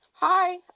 Hi